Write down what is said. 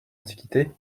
antiquité